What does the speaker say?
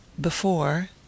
before—